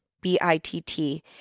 B-I-T-T